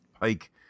Pike